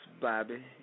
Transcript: Bobby